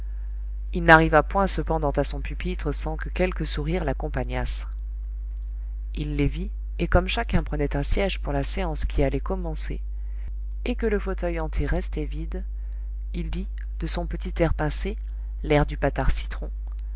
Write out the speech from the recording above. il n'arriva point cependant à son pupitre sans que quelques sourires l'accompagnassent il les vit et comme chacun prenait un siège pour la séance qui allait commencer et que le fauteuil hanté restait vide il dit de son petit air pincé l'air du patard citron